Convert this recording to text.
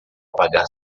pagar